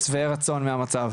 אתם אמורים להיות מאוד מודאגים מזה.